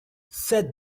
said